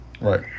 Right